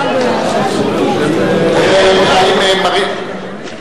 האם מרינה,